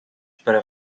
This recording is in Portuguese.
para